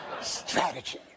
Strategy